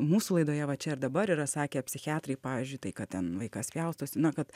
mūsų laidoje va čia ir dabar yra sakę psichiatrai pavyzdžiui tai kad ten vaikas pjaustosi na kad